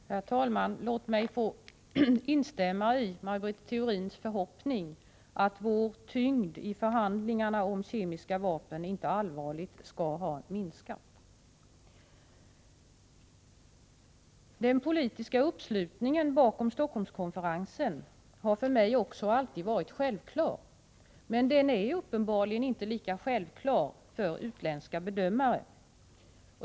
Herr talman! Låt mig få instämma i Maj Britt Theorins förhoppning att vår tyngd i förhandlingarna om kemiska vapen inte allvarligt skall ha minskat. Den politiska uppslutningen bakom Stockholmskonferensen har också för mig alltid varit självklar, men den är uppenbarligen inte lika självklar för utländska bedömare.